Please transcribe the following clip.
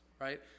right